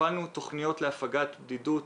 הפעלנו תכניות להפגת בדידות.